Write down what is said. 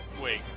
wait